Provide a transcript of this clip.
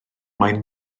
mai